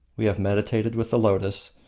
we have meditated with the lotus,